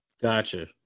Gotcha